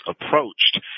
approached